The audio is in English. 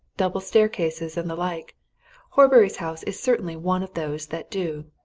double-staircases, and the like horbury's house is certainly one of those that do.